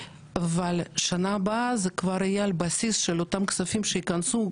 אבל בשנה הבאה זה כבר יהיה על בסיס של אותם כספים שייכנסו,